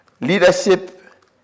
leadership